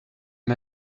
les